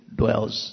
dwells